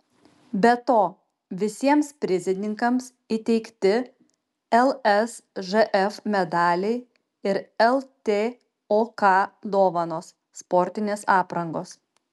be to visiems prizininkams įteikti lsžf medaliai ir ltok dovanos sportinės aprangos